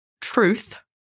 truth